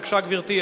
בבקשה, גברתי.